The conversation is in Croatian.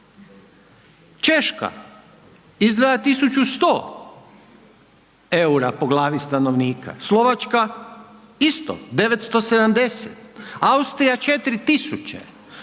Češka izdvaja 1.100 EUR-a po glavi stanovnika, Slovačka isto 970, Austrija 4.000.